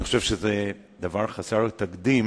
אני חושב שזה דבר חסר תקדים